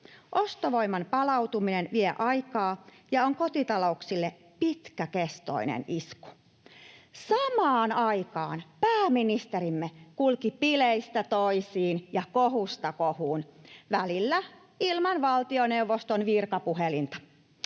Ostovoiman palautuminen vie aikaa ja on kotitalouksille pitkäkestoinen isku. Samaan aikaan pääministerimme kulki bileistä toisiin ja kohusta kohuun, välillä ilman valtioneuvoston virkapuhelinta.